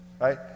right